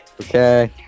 Okay